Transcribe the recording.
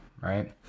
right